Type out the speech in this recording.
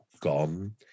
gone